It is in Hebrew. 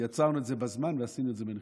כי עצרנו את זה בזמן ועשינו את זה בנחישות,